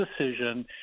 decision